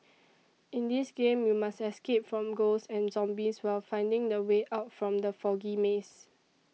in this game you must escape from ghosts and zombies while finding the way out from the foggy maze